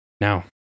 Now